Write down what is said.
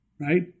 Right